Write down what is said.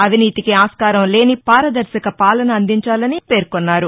అవినీతికి ఆస్కారంలేని పారదర్శక పాలన అందించాలని పేర్నొన్నారు